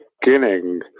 beginning